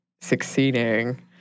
succeeding